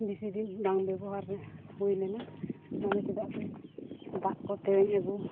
ᱵᱮᱥᱤ ᱫᱤᱱ ᱵᱟᱝ ᱵᱮᱣᱦᱟᱨ ᱦᱩᱭ ᱞᱮᱱᱟ ᱢᱟᱱᱮ ᱪᱮᱫᱟᱜ ᱥᱮ ᱫᱟᱜ ᱠᱚ ᱴᱮᱣᱭᱮᱧ ᱟᱹᱜᱩ